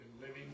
living